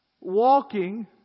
walking